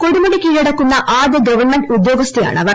കൊടുമുടി കീഴടക്കുന്ന ആദ്യ ഗവൺമെന്റ് ഉദ്യോഗസ്ഥയാണവർ